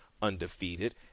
Undefeated